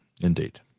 indeed